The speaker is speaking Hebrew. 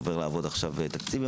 יש תקציב,